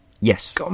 Yes